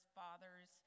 fathers